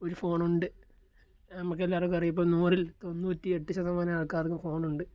ഒരു ഫോണുണ്ട് നമുക്കെല്ലാവർക്കും അറിയാം ഇപ്പോൾ നൂറിൽ ഒരു തൊണ്ണുറ്റെട്ടു ശതമാനം ആൾക്കാർക്കും ഫോണുണ്ട്